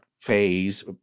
phase